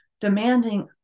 demanding